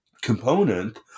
component